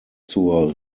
zur